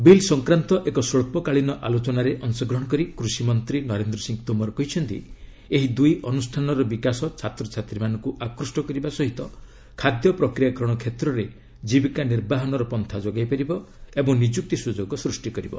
bill ସଂକ୍ରାନ୍ତ ଏକ ସ୍ୱଚ୍ଚକାଳୀନ ଆଲୋଚନାରେ ଅଂଶଗ୍ରହଣ କରି କୃଷି ମନ୍ତ୍ରୀ ନରେନ୍ଦ୍ର ସିଂହ ତୋମର କହିଛନ୍ତି ଏହି ଦୁଇ ଅନୁଷ୍ଠାନର ବିକାଶ ଛାତ୍ରଛାତ୍ରୀମାନଙ୍କୁ ଆକୁଷ୍ଟ କରିବା ସହିତ ଖାଦ୍ୟ ପ୍ରକ୍ରିୟାକରଣ କ୍ଷେତ୍ରରେ ଜୀବିକା ନିର୍ବାହନର ପନ୍ଥା ଯୋଗାଇ ପାରିବ ଏବଂ ନିଯୁକ୍ତି ସୁଯୋଗ ସୃଷ୍ଟି କରିବ